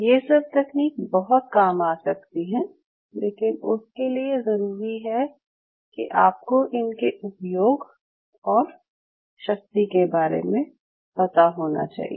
ये सब तकनीक बहुत काम आ सकती हैं लेकिन उसके लिए ज़रूरी है कि आपको इनके उपयोग और शक्ति के बारे में पता होना चाहिए